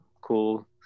cool